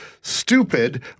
stupid